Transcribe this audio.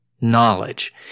knowledge